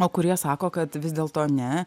o kurie sako kad vis dėlto ne